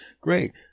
Great